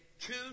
two